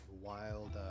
wild